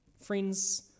Friends